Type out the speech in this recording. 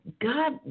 God